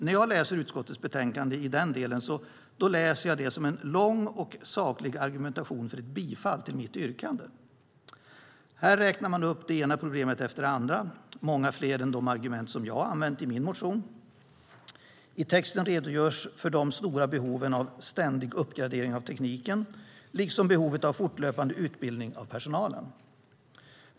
När jag läser utskottets betänkande i den delen läser jag det som en lång och saklig argumentation för ett bifall till mitt yrkande. Här räknar man upp det ena problemet efter det andra, många fler än de argument som jag har använt i min motion. I texten redogörs för de stora behoven av ständig uppgradering av tekniken, liksom behovet av fortlöpande utbildning av personalen.